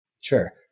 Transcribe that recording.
Sure